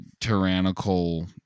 tyrannical